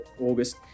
August